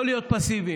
לא להיות פסיביים,